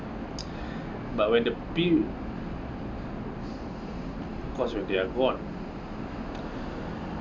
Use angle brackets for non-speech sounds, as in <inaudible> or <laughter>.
<noise> but when they appear cause they are gone